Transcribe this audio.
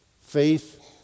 faith